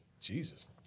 Jesus